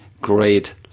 great